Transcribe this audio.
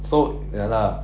so ya lah